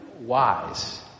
wise